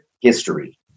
history